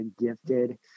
gifted